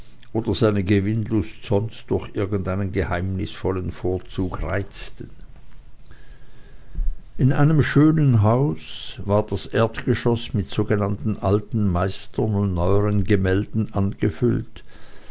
oder seine gewinnlust sonst durch irgendeinen geheimnisvollen vorzug reizten in einem schönen hause war das erdgeschoß mit sogenannten alten meistern und neueren gemälden angefüllt